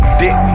dick